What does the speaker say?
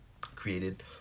created